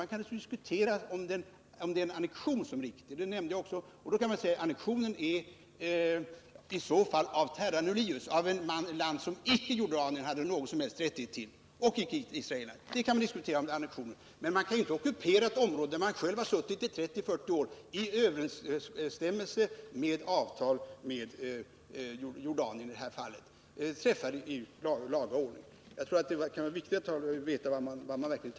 Man kan diskutera om det är fråga om en annektion, och då kan man säga att annektionen gäller ett terra nullius, dvs. ett område som Jordanien icke har någon som helst rättighet till — och icke Israel heller. Man kan inte ockupera ett område där man själv suttit i 30-40 år i överensstämmelse med avtal som är träffade i laga ordning med Jordanien. Det är viktigt att man verkligen vet vad man talar om.